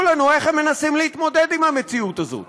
לנו איך הם מנסים להתמודד עם המציאות הזאת